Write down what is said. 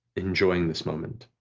enjoying this moment,